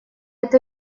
это